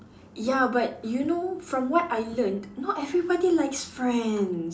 ya but you know from what I learnt not everybody likes friends